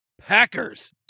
Packers